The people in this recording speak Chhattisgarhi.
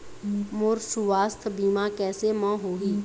मोर सुवास्थ बीमा कैसे म होही?